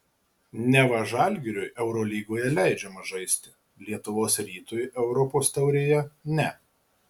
neva žalgiriui eurolygoje leidžiama žaisti lietuvos rytui europos taurėje ne